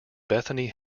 bethany